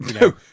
No